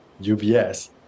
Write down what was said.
UBS